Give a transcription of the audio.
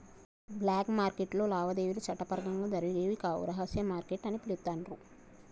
black మార్కెట్టులో లావాదేవీలు చట్టపరంగా జరిగేవి కావు కాబట్టి రహస్య మార్కెట్ అని పిలుత్తాండ్రు